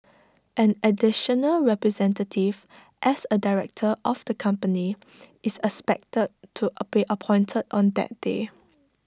an additional representative as A director of the company is expected to be appointed on that day